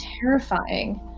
terrifying